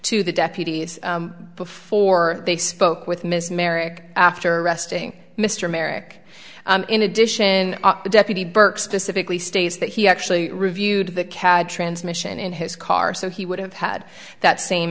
to the deputies before they spoke with ms merrick after arresting mr merrick in addition the deputy burke specifically states that he actually reviewed the cad transmission in his car so he would have had that same